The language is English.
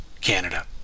Canada